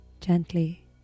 gently